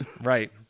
right